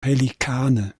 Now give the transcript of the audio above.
pelikane